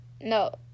No